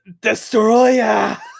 Destroyer